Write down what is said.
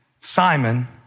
Simon